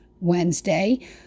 Wednesday